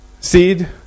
seed